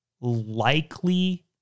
likely